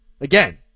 again